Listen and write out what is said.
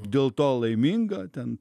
dėl to laiminga ten